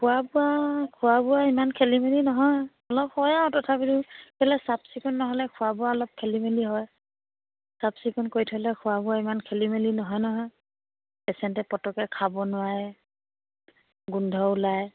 খোৱা বোৱা খোৱা বোৱা ইমান খেলি মেলি নহয় অলপ হয় আৰু তথাপিতো কেলৈ চাফ চিকুণ নহ'লে খোৱা বোৱা অলপ খেলি মেলি হয় চাফ চিকুণ কৰি থ'লে খোৱা বোৱা ইমান খেলি মেলি নহয় নহয় পেচেণ্টে পতককৈ খাব নোৱাৰে গোন্ধ ওলায়